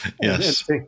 Yes